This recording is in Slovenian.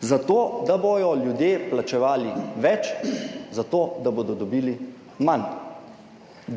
za to, da bodo ljudje plačevali več za to, da bodo dobili manj.